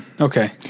Okay